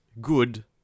good